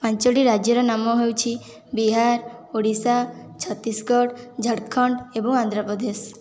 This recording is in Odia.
ପାଞ୍ଚୋଟି ରାଜ୍ୟର ନାମ ହେଉଛି ବିହାର ଓଡ଼ିଶା ଛତିଶଗଡ଼ ଝାଡ଼ଖଣ୍ଡ ଏବଂ ଆନ୍ଧ୍ରପ୍ରଦେଶ